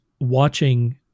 watching